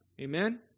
Amen